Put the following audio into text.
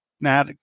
Now